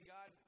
God